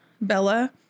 Bella